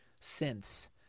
synths